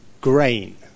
grain